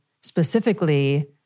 specifically